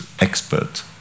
expert